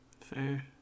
Fair